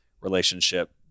relationship